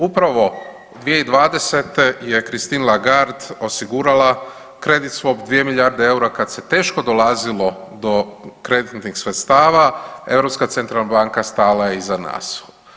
Upravo 2020. je Christine Lagarde osigurala kredit swap 2 milijarde eura kad se teško dolazilo do kreditnih sredstava, Europska centralna banka stala je iza nas.